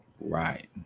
Right